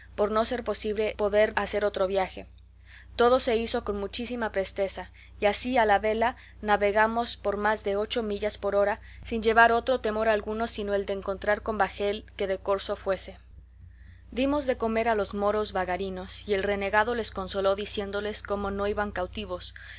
por no ser posible poder hacer otro viaje todo se hizo con muchísima presteza y así a la vela navegamos por más de ocho millas por hora sin llevar otro temor alguno sino el de encontrar con bajel que de corso fuese dimos de comer a los moros bagarinos y el renegado les consoló diciéndoles como no iban cautivos